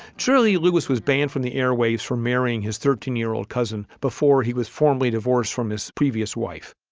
truly, lewis was banned from the airwaves for marrying his thirteen year old cousin before he was formally divorced from his previous wife.